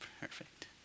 Perfect